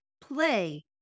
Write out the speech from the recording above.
play